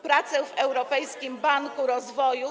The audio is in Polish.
Pracę w Europejskim Banku Rozwoju.